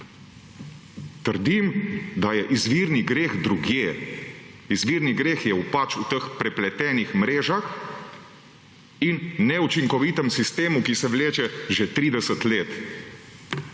Trdim, da je izvirni greh drugje. Izvirni greh je pač v teh prepletenih mrežah in neučinkovitem sistemu, ki se vleče že 30 let.